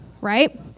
right